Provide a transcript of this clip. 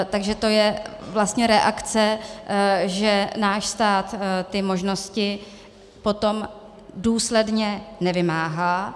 Takže to je vlastně reakce, že náš stát ty možnosti potom důsledně nevymáhá.